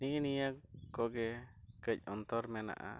ᱱᱮᱜᱼᱮ ᱱᱤᱭᱟᱹ ᱠᱚᱜᱮ ᱠᱟᱹᱡ ᱚᱱᱛᱚᱨ ᱢᱮᱱᱟᱜᱼᱟ